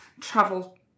travel